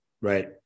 Right